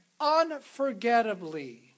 unforgettably